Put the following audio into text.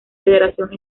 federación